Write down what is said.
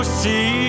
See